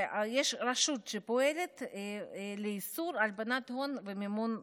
ויש רשות שפועלת לאיסור הלבנת הון ומימון טרור.